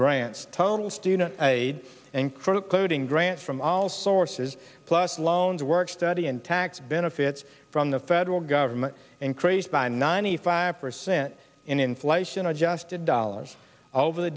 grants total student aid and credit coding grants from all sources plus loans work study and tax benefits from the federal government increased by ninety five percent in inflation adjusted dollars over